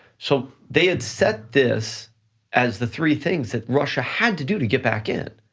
so they had set this as the three things that russia had to do to get back in.